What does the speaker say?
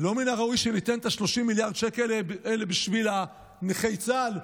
לא מן הראוי שניתן את 30 מיליארד השקלים האלה בשביל נכי צה"ל?